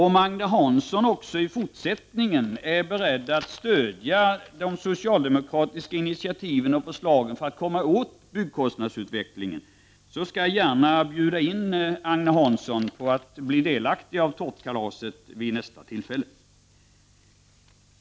Om Agne Hansson även i fortsättningen är beredd att stödja de socialdemokratiska initiativen och förslagen för att komma åt byggkostnadsutvecklingen, skall jag gärna bjuda in Agne Hansson att bli delaktig i tårtkalaset vid nästa tillfälle.